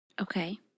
Okay